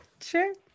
Sure